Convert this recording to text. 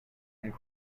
and